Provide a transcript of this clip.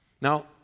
Now